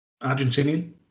Argentinian